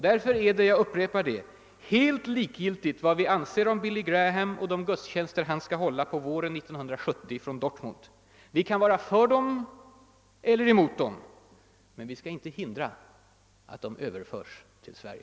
Därför är det — jag upprepar det — helt likgiltigt vad vi anser om Billy Graham och de gudstjänster som han skall hålla på våren 1970 från Dortmund. Vi kan vara för eller emot dem. Men vi bör inte hindra att de överförs till Sverige.